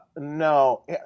No